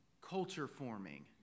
culture-forming